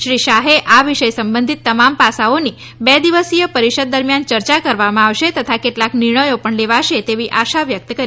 તેમણે આ વિષય સંબંધિત તમામ પાસાઓની બે દિવસીય પરિષદ દરમિયાન ચર્ચા કરવામં આવશે તથા કેટલાંક નિર્ણયો પણ લેવાશે તેવી આશા વ્યક્ત કરી હતી